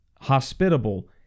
hospitable